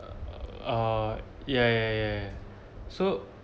ah ya ya ya so